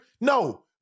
No